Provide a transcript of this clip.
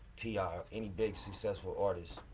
t i. or any big successful artists,